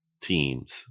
teams